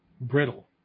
brittle